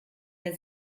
der